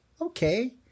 Okay